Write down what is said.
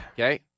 Okay